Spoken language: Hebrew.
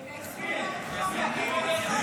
מגייסים, תתגייסו.